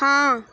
हां